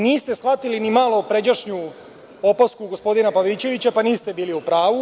Niste shvatili ni malopređašnju opasku gospodina Pavićevića, pa niste bili u pravu.